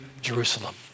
Jerusalem